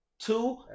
Two